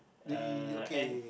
uh and